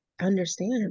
understand